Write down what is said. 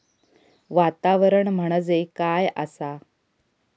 वातावरण म्हणजे काय आसा?